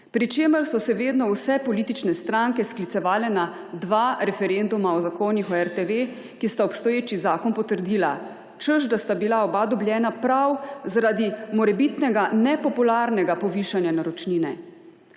Pri čemer so se vedno vse politične stranke sklicevale na dva referenduma o zakonih o RTV, ki sta obstoječi zakon potrdila, češ da sta bila oba dobljena prav zaradi morebitnega nepopularnega povišanja naročnine.